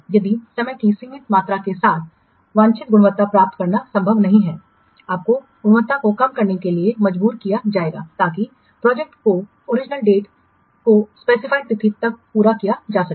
यदि समय की सीमित मात्रा के साथ वांछित गुणवत्ता प्राप्त करना संभव नहीं है आपको गुणवत्ता को कम करने के लिए मजबूर किया जाएगा ताकि प्रोजेक्ट को ओरिजिनल डेट को स्पेसिफाइड तिथि पर पूरा किया जा सके